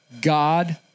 God